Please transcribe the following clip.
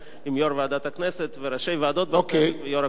יושב-ראש ועדת הכנסת וראשי ועדות ויושב-ראש הקואליציה.